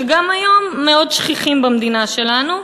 שגם היום מאוד שכיחות במדינה שלנו,